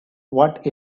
what